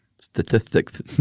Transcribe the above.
statistics